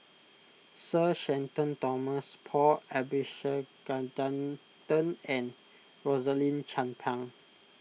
Sir Shenton Thomas Paul Abisheganaden and Rosaline Chan Pang